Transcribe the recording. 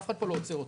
אף אחד לא עוצר אותו.